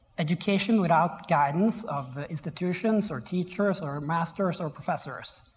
education without guidance of institutions or teachers or masters or professors.